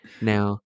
now